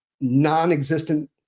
non-existent